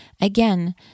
Again